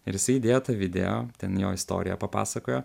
ir jisai įdėjo tą video ten jo istoriją papasakojo